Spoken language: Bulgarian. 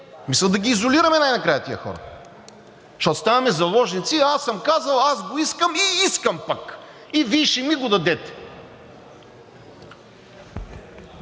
его. Да ги изолираме най-накрая тези хора, защото ставаме заложници – аз съм казал, аз го искам и искам пък, и Вие ще ми го дадете.